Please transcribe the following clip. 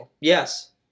Yes